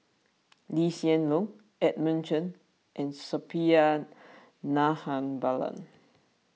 Lee Hsien Loong Edmund Chen and Suppiah Dnahabalan